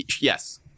Yes